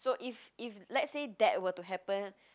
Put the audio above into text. so if if let's say that were to happen